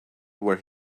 where